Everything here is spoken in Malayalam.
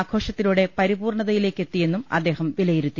ആഘോഷത്തിലൂടെ പരിപൂർണ്ണതയിലേക്ക് എത്തിയെന്നും അദ്ദേഹം വില യിരുത്തി